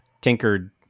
tinkered